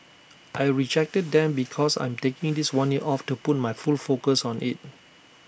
I rejected them because I'm taking this one year off to put my full focus on IT